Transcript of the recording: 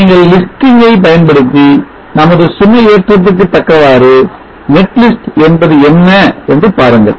நீங்கள் Listing ஐ பயன் படுத்தி நமது சுமையேற்றத்துக்கு தக்கவாறு netlist என்பது என்ன என்று பாருங்கள்